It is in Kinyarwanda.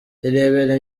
irebere